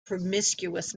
promiscuous